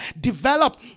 develop